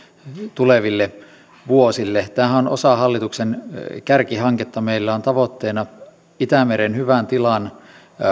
tuleville vuosille tämähän on osa hallituksen kärkihanketta meillä on tavoitteena itämeren hyvään tilaan